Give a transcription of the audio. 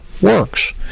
works